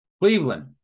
Cleveland